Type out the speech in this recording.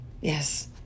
Yes